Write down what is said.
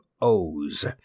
O's